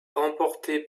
remportée